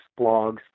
blogs